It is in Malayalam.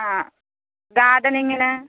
ആ ഗാർഡനിങ്ങിന്